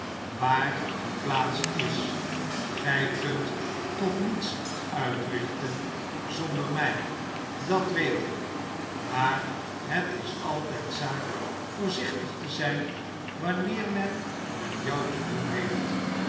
waar die plaats is gij kunt toch niets uitrichten zonder mij dat weet ik maar het is altijd zaak voorzichtig te zijn wanneer men met jou te doen heeft